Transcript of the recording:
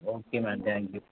okay ma'am thank you